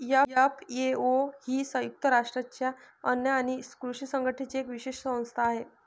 FAO ही संयुक्त राष्ट्रांच्या अन्न आणि कृषी संघटनेची एक विशेष संस्था आहे